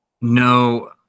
No